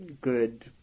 good